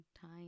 time